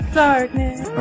darkness